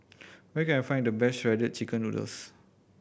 where can I find the best Shredded Chicken Noodles